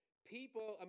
People